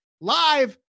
live